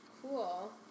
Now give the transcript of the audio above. Cool